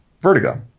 Vertigo